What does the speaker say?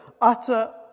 utter